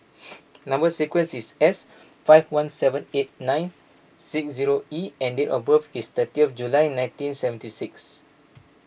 Number Sequence is S five one seven eight nine six zero E and date of birth is thirty of July nineteen seventy six